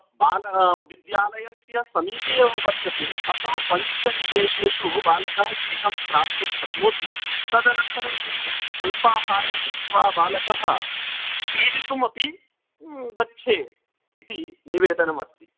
बालः विद्यालयस्य समीपे एव वर्तते अतः पञ्चनिमेषेषु बालकः गृहं प्राप्तुं शक्नोति तदनन्तरं किञ्चित् अल्पाहारं कृत्वा बालकः क्रीडितुम् अपि गच्छेत् इति निवेदनम् अस्ति